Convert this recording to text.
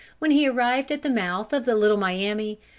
when he arrived at the mouth of the little miami,